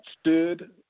stood